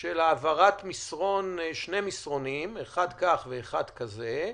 של העברת שני מסרונים, אחד כך והשני כזה?